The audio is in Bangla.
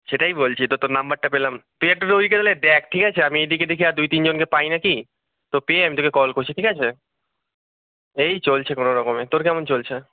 সেটাই বলছি তো তোর নাম্বারটা পেলাম তুই একটু ওইদিকটা তাহলে দেখ ঠিক আছে আমি এদিকে দেখি আর দুই তিনজনকে পাই না কি তো পেয়ে আমি তোকে কল করছি ঠিক আছে এই চলছে কোনও রকমে তোর কেমন চলছে